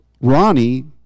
Ronnie